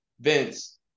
Vince